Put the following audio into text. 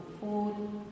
food